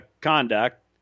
conduct